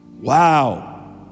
Wow